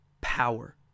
power